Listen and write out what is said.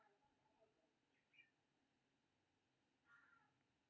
हम बिना माटिक हवा मे खेती करय चाहै छियै, तकरा लए की करय पड़तै?